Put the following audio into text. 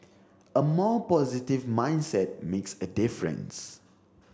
a more positive mindset makes a difference